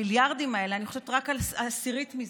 המיליארדים האלה, אני חושבת רק על עשירית מזה,